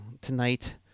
tonight